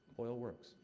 oil works.